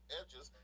edges